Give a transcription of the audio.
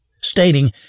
stating